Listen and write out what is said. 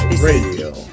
Radio